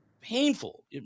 Painful